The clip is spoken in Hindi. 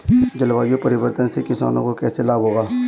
जलवायु परिवर्तन से किसानों को कैसे लाभ होगा?